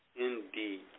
Indeed